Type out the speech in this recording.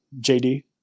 JD